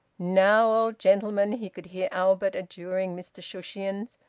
now, old gentleman, he could hear albert adjuring mr shushions,